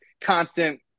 constant